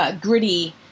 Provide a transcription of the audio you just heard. gritty